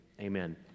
Amen